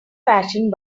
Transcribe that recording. fashioned